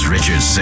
Richard